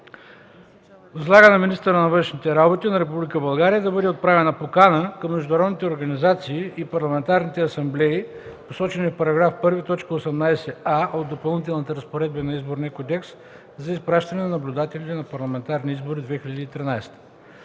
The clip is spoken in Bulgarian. Възлага на министъра на външните работи на Република България да бъде отправена покана към международните организации и парламентарните асамблеи, посочени в § 1, т. 18а от Допълнителните разпоредби на Изборния кодекс, за изпращане на наблюдатели на Парламентарни избори 2013